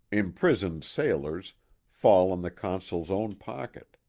imprisoned sailors fall on the consul's own pocket.